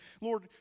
Lord